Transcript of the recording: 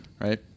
Right